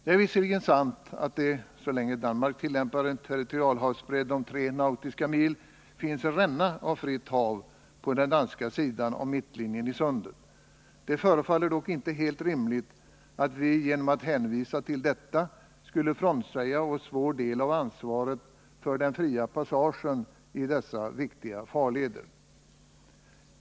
Det är visserligen sant att det — så länge Danmark tillämpar en territorialhavsbredd om tre nautiska mil — finns en ränna av fritt hav på den danska sidan av mittlinjen i sunden. Det förefaller dock inte helt rimligt att vi genom att hänvisa till detta skulle frånsäga oss vår del av ansvaret för den fria passagen i dessa viktiga farleder.